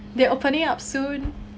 they're opening up soon eh